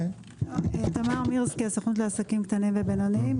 תמר מירסקי, הסוכנות לעסקים קטנים ובינוניים.